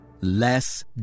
Less